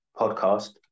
podcast